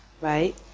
right